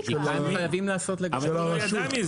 של הרשות.